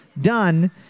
Done